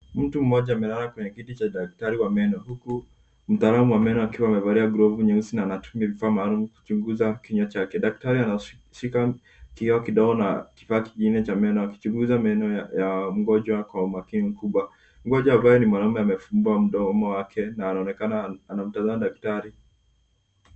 Mtu mmoja amelala kwenye kiti cha daktari wa meno huku mtaalamu wa meno akiwa amevalia glovu nyeusi na anatumia vifaa maalum kuchunguza kinywa chake. Daktari anaushika kioo kidogo na kifaa kingine cha meno, akichunguza meno ya mgonjwa kwa umakini kubwa. Mgonjwa ambaye ni mwanaume amefungua mdomo wake na anaonekana anamtazama daktari.